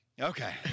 Okay